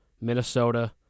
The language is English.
Minnesota